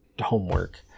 homework